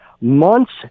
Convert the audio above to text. months